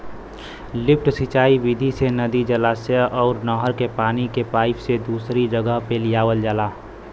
lift सिंचाई विधि से नदी, जलाशय अउर नहर के पानी के पाईप से दूसरी जगह पे लियावल जाला